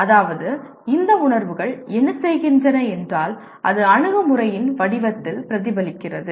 அதாவது இந்த உணர்வுகள் என்ன செய்கின்றன என்றால் அது அணுகுமுறையின் வடிவத்தில் பிரதிபலிக்கிறது